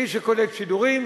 מי שקולט שידורים,